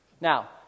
Now